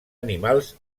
animals